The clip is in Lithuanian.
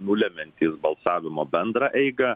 nulemiantys balsavimo bendrą eigą